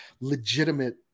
legitimate